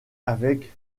avec